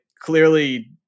clearly